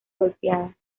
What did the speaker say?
golpeada